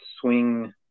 swing